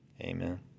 Amen